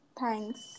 Thanks